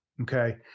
okay